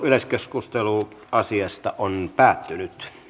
yleiskeskustelu päättyi